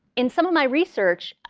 in some of my research,